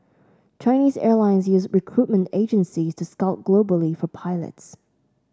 Chinese Airlines use recruitment agencies to scout globally for pilots